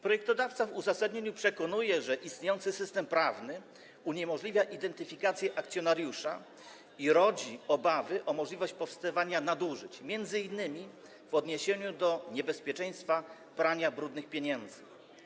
Projektodawca w uzasadnieniu przekonuje, że istniejący system prawny uniemożliwia identyfikację akcjonariusza i rodzi obawy w kwestii nadużyć, m.in. w odniesieniu do niebezpieczeństwa prania brudnych pieniędzy.